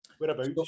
Whereabouts